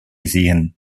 sehen